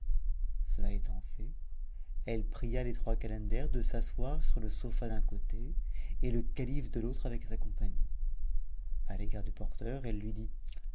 cela étant fait elle pria les trois calenders de s'asseoir sur le sofa d'un côté et le calife de l'autre avec sa compagnie à l'égard du porteur elle lui dit